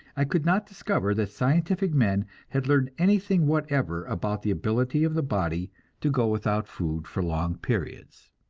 i could not discover that scientific men had learned anything whatever about the ability of the body to go without food for long periods.